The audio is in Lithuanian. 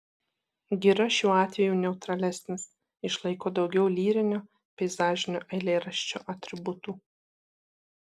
gira šiuo atveju neutralesnis išlaiko daugiau lyrinio peizažinio eilėraščio atributų